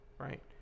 right